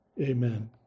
Amen